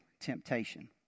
temptation